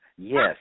Yes